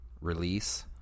release